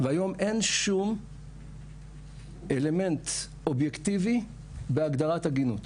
והיום אין שום אלמנט אובייקטיבי בהגדרת עגינות.